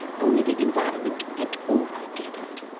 only the environment and aura differed.